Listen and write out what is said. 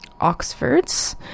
Oxford's